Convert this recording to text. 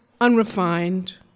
unrefined